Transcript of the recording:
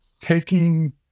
taking